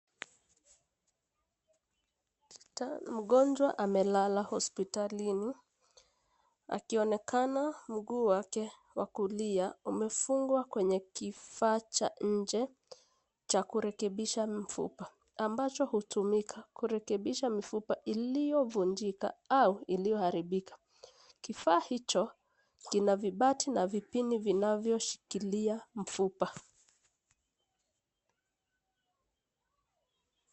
Mgonjwa amelala hospitalini akionekana mguu wake wa kulia, umefungwa kwenye kifaa cha nje cha kurekebisha mifupa ambacho hutumika kurekebisha mifupa iliyovunjika au iliyoharibika. Kifaa kicho kina vibati na vipini vinavyoshikilia mfupa.